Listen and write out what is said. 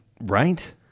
Right